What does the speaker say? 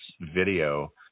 video